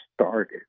started